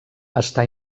està